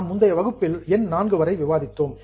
நாம் முந்தைய வகுப்பில் எண் 4 வரை விவாதித்தோம்